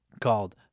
called